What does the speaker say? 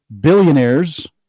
billionaires